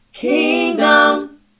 Kingdom